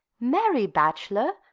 marry, bachelor,